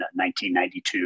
1992